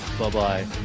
Bye-bye